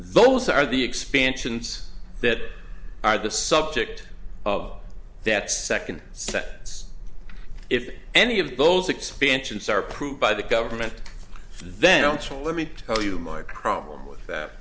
those are the expansions that are the subject of that second set if any of those expansions are approved by the government then also let me tell you my problem with that